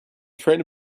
train